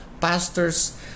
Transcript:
pastors